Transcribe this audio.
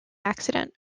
accident